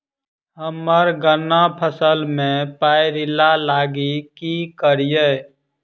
हम्मर गन्ना फसल मे पायरिल्ला लागि की करियै?